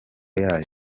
yayo